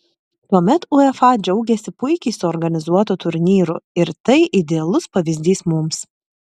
tuomet uefa džiaugėsi puikiai suorganizuotu turnyru ir tai idealus pavyzdys mums